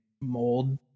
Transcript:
mold